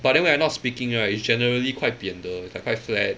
but then when I not speaking right it's generally quite 扁的 it's like quite flat